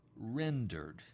Rendered